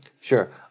Sure